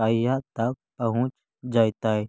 कहिया तक पहुँच जैतै?